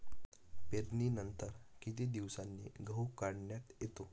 पेरणीनंतर किती दिवसांनी गहू काढण्यात येतो?